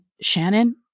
Shannon